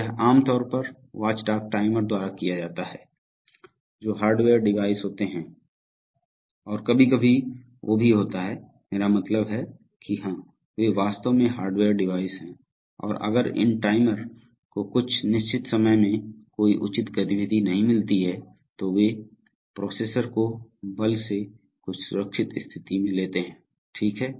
तो यह आम तौर पर वॉचडॉग टाइमर द्वारा किया जाता है जो हार्डवेयर डिवाइस होते हैं और कभी कभी वो भी होता है मेरा मतलब है कि हाँ वे वास्तव में हार्डवेयर डिवाइस है और अगर इन टाइमर को कुछ निश्चित समय में कोई उचित गतिविधि नहीं मिलती है तो वे प्रोसेसर को बल से कुछ सुरक्षित स्थिति में लेते हैं ठीक है